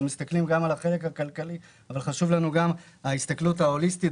אנחנו מסתכלים על זה בצורה הוליסטית,